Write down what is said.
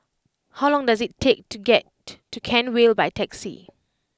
how long does it take to get to Kent Vale by taxi